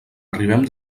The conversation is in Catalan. arribem